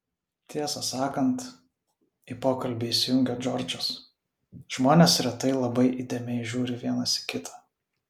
tiesą sakant į pokalbį įsijungė džordžas žmonės retai labai įdėmiai žiūri vienas į kitą